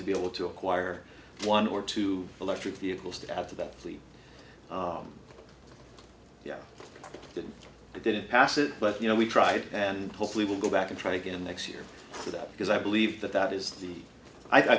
to be able to acquire one or two electric vehicles to add to that plea that they didn't pass it but you know we tried and hopefully will go back and try again next year for that because i believe that that is the i